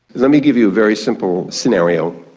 let me give you a very simple scenario.